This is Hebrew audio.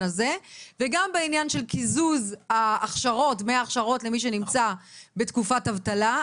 הזה וגם בעניין של קיזוז דמי ההכשרות למי שנמצא בתקופת אבטלה,